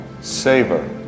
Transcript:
Savor